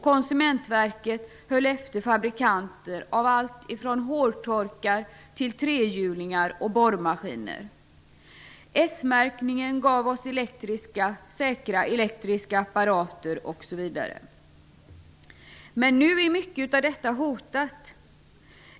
Konsumentverket höll efter fabrikanter av alltifrån hårtorkar till trehjulingar och borrmaskiner, smärkningen gav oss säkra elektriska apparater osv. Men nu är mycket utav detta hotat.